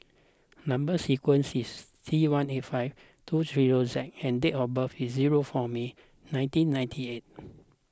Number Sequence is T one eight five two three zero Z and date of birth is zero four May nineteen ninety eight